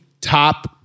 top